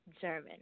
German